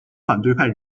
反对派